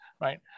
right